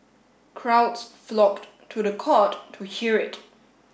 crowds flocked to the court to hear it